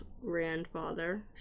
grandfather